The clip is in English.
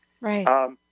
Right